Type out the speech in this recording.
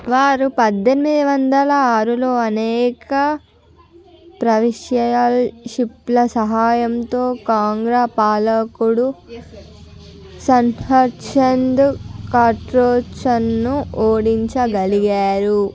వారు పద్దెనిమిది వందల ఆరులో అనేక ప్రవిన్షియల్ షిప్ల సహాయంతో కాంగ్రా పాలకుడు సర్ధార్ చంద్ కాట్రోచ్చన్ను ఓడించగలిగారు